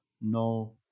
no